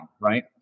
right